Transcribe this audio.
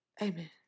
Amen